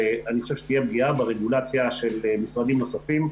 ואני חושב שתהיה פגיעה ברגולציה של משרדים נוספים.